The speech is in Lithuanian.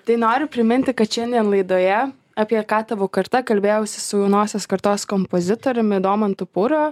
tai noriu priminti kad šiandien laidoje apie ką tavo karta kalbėjausi su jaunosios kartos kompozitoriumi domantu pūru